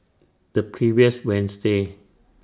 The previous Wednesday